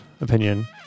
opinion